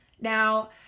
Now